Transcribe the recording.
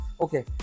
Okay